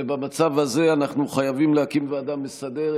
ובמצב הזה אנחנו חייבים להקים ועדה מסדרת.